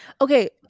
okay